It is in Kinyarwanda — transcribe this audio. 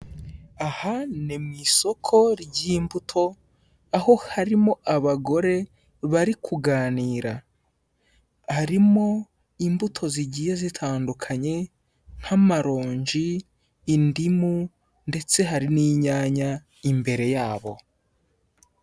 Aha ni mu isoko ry'imbuto, aho harimo abagore bari kuganira, harimo imbuto zigiye zitandukanye nk'amaronji, indimu ndetse hari n'inyanya imbere yabo.